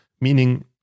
meaning